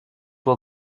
will